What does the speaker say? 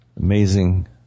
amazing